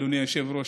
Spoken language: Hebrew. אדוני היושב-ראש,